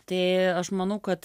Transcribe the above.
tai aš manau kad